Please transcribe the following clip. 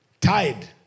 tied